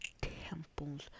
temples